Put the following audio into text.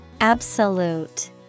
Absolute